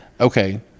Okay